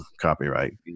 copyright